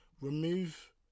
remove